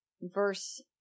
verse